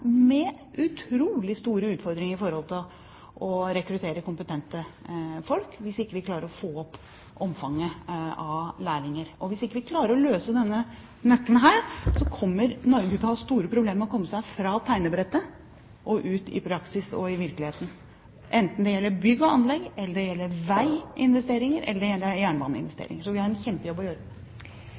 med utrolig store utfordringer med å rekruttere kompetente folk hvis vi ikke klarer å få opp omfanget av lærlinger. Hvis vi ikke klarer å finne nøkkelen til å løse dette, kommer Norge til å ha store problemer med å komme seg fra tegnebrettet og ut i praksis, ut i virkeligheten, enten det gjelder bygg og anlegg, veiinvesteringer eller jernbaneinvesteringer. Så vi har en kjempejobb å gjøre.